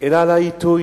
אלא על העיתוי.